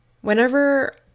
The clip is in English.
Whenever